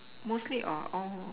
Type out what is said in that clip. mostly or all